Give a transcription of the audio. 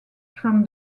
from